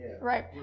Right